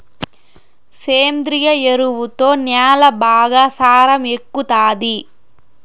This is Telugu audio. సేంద్రియ ఎరువుతో న్యాల బాగా సారం ఎక్కుతాది